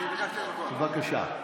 בבקשה.